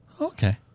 Okay